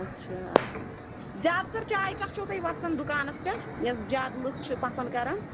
اَچھا زیادٕ تَر چاے کَس چھُو تۄہہِ وَسان دُکانَس پٮ۪ٹھ یۄس زیادٕ لُکھ چھِ پَسنٛد کَران